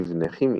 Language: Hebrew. מבנה כימי